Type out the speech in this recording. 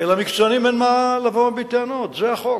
אל מקצוענים אין מה לבוא בטענות, זה החוק.